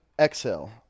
Exhale